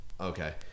Okay